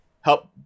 help